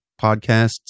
podcasts